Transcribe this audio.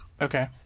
Okay